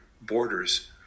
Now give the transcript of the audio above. borders